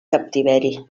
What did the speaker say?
captiveri